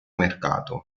mercato